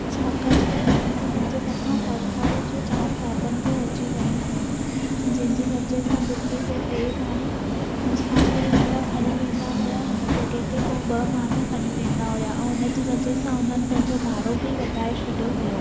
छाकाणि त उन्हनि जे मथां सरकार जूं जाम पाबंदियूं अची वियूं हुयूं जंहिंजी वजह सां जिते हू टे माण्हूं मुसाफ़िरी महिल खणी वेंदा हुया हुन जॻहि ते उहे ॿ माण्हूं खणी वेंदा हुया ऐं हुन जी वजह सां उन्हनि पंहिंजो भाड़ो बि वधाए छॾियो हुयो